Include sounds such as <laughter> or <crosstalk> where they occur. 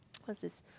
<noise> what's this